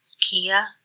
Kia